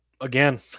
again